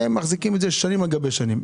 והם מחזיקים אותן שנים על גבי שנים.